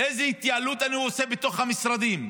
איזו התייעלות אני עושה בתוך המשרדים,